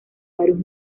varios